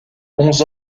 bons